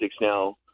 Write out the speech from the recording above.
now